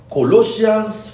Colossians